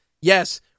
Yes